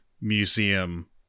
museum